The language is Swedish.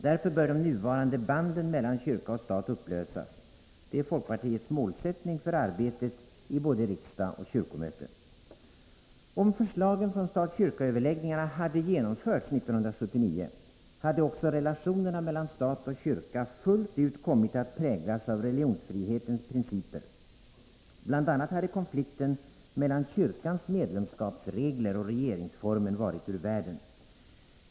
Därför bör de nuvarande banden mellan kyrka och stat upplösas — det är folkpartiets målsättning för arbetet i både riksdag och kyrkomöte. Om förslagen från stat-kyrka-överläggningarna hade genomförts 1979, hade också relationerna mellan stat och kyrka fullt ut kommit att präglas av religionsfrihetens principer. Bl. a. hade konflikten mellan kyrkans medlemskapsregler och regeringsformen varit ur världen.